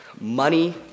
Money